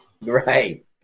Right